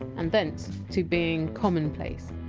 and thence to being commonplace.